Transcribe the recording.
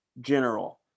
general